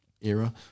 era